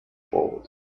forward